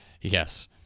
Yes